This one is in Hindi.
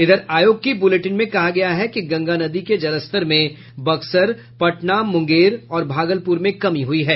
इधर आयोग की बुलेटिन में कहा गया है कि गंगा नदी के जलस्तर में बक्सर पटना मुंगेर और भागलपुर में कमी हुई है